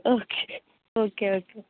okay okay okay